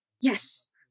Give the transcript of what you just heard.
Yes